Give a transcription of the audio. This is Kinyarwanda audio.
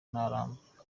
namba